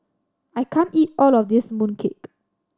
I can't eat all of this mooncake